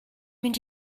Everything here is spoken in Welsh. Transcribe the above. mynd